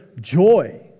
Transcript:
joy